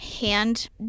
hand